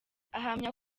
ahamya